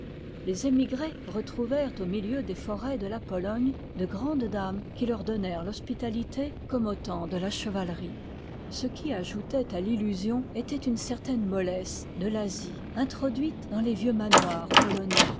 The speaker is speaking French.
les émigrés retrouvèrent au milieu des forets de la pologne de grandes dames qui leur donnèrent l'hospitalité comme au temps de la chevalerie ce qui ajoutoit à l'illusion liy il étoit une certaine mollesse de l'asie introduite dans les vieux manoirs polonais